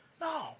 No